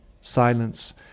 silence